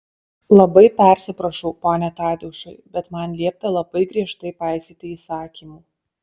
labai persiprašau pone tadeušai bet man liepta labai griežtai paisyti įsakymų